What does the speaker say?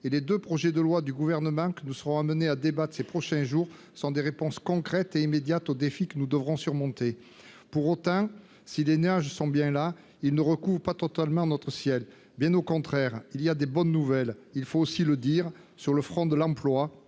Les deux projets de loi que nous allons examiner ces prochains jours sont des réponses concrètes et immédiates aux défis que nous devrons surmonter. Pour autant, si les nuages sont bien là, ils ne recouvrent pas totalement notre ciel, bien au contraire ! Il y a de bonnes nouvelles, il faut aussi le dire, sur le front de l'emploi